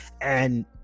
and-